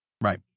Right